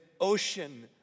ocean